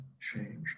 change